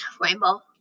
rainbow